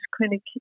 clinic